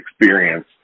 experience